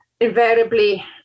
invariably